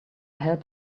help